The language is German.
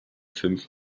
fünf